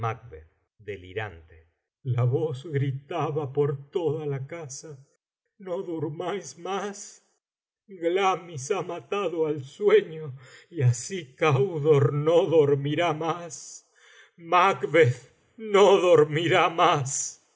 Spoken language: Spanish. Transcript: eso delirante la voz gritaba por toda la casa no durmáis más glamis ha matado al sueño y así candor no dormirá más macbeth no dormirá más